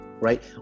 right